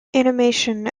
animation